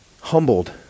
humbled